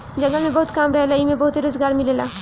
जंगल में बहुत काम रहेला एइमे बहुते रोजगार मिलेला